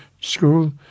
school